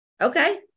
Okay